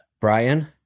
Brian